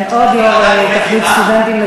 אני רוצה להזמין את חבר